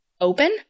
open